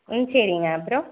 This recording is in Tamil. ம் சரிங்க அப்புறம்